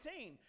16